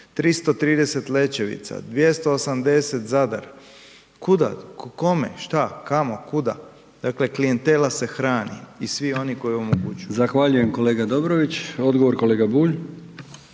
330 Lečevica, 280 Zadar. Kuda, kome, šta, kamo, kuda? Dakle klijentela se hrani i svi oni koji omogućuju. **Brkić, Milijan (HDZ)** Zahvaljujem kolega Dobrović. Odgovor, kolega Bulj.